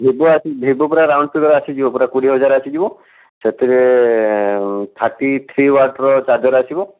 Vivo ଆସି Vivo ପୂରା round figure ଆସିଯିବ ପୂରା କୋଡ଼ିଏ ହଜାର ଆସିଯିବ ସେଥିରେ ଥାର୍ଟି ଥ୍ରୀ ୱାଟ୍ର ଚାର୍ଜର ଆସିବ